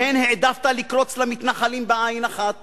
שבהן העדפת לקרוץ למתנחלים בעין אחת